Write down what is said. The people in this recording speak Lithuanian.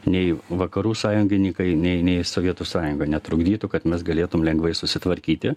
nei vakarų sąjungininkai nei sovietų sąjunga netrukdytų kad mes galėtum lengvai susitvarkyti